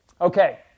Okay